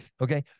okay